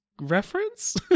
reference